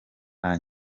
nta